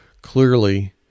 Clearly